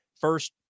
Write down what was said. first